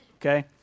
okay